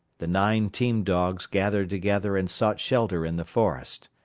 the nine team-dogs gathered together and sought shelter in the forest.